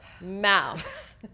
mouth